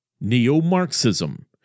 neo-Marxism